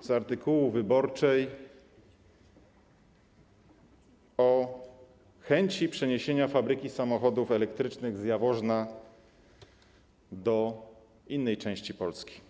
z artykułu „Gazety Wyborczej” o chęci przeniesienia fabryki samochodów elektrycznych z Jaworzna do innej części Polski.